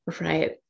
right